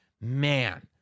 man